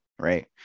right